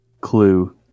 Clue